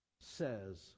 says